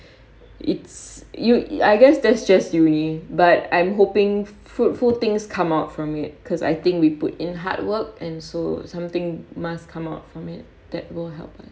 it's you I guess that's just uni but I'm hoping fruitful things come out from it because I think we put in hard work and so something must come out from it that will help us